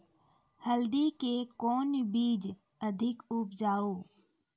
हल्दी के कौन बीज अधिक उपजाऊ?